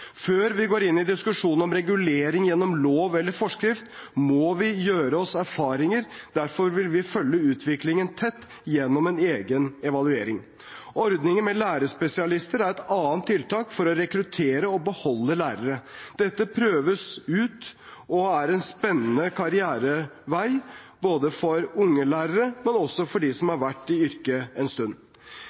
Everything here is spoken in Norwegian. Før vi går inn i diskusjoner om regulering gjennom lov eller forskrift, må vi gjøre oss erfaringer. Derfor vil vi følge utviklingen tett gjennom en egen evaluering. Ordningen med lærerspesialister er et annet tiltak for å rekruttere og beholde lærere. Dette prøves ut og er en spennende karrierevei, både for unge lærere og for dem som har vært i yrket en stund.